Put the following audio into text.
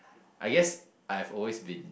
I guess I've always been